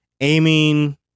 aiming